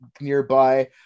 nearby